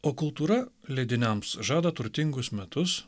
o kultūra leidiniams žada turtingus metus